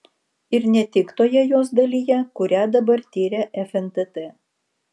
ir ne tik toje jos dalyje kurią dabar tiria fntt